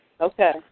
Okay